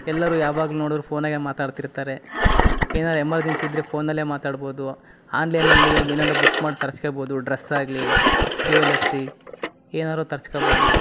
ಎಲ್ಲರೂ ಯಾವಾಗ ನೋಡಿದ್ರೂ ಫೋನಗೇ ಮಾತಾಡ್ತಿರ್ತಾರೆ ಏನಾರೂ ಎಮರ್ಜೆನ್ಸಿ ಇದ್ದರೆ ಫೋನಲ್ಲೆ ಮಾತಾಡ್ಬೋದು ಹಾನ್ಲೈನಲ್ಲಿ ಏನಾರೂ ಬುಕ್ ಮಾಡಿ ತರ್ಸ್ಕಬೋದು ಡ್ರಸ್ ಆಗಲಿ ಜುವೆಲ್ಲರ್ಸಿ ಏನಾದ್ರು ತರ್ಸ್ಕಬೋದು